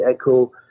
Echo